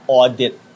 audit